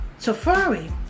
Safari